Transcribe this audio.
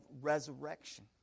resurrection